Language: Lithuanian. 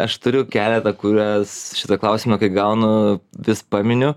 aš turiu keletą kurias šitą klausimą kai gaunu vis paminiu